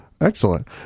Excellent